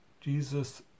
Jesus